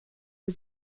der